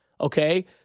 okay